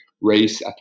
race